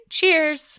Cheers